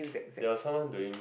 there're someone doing